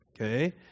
Okay